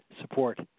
support